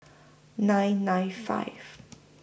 nine nine five